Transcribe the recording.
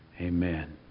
Amen